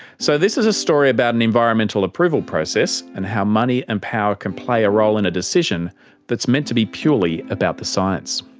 so this is a story about an environmental approval process and how money and power can play a role in a decision that's meant to be purely about the science.